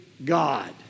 God